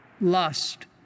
lust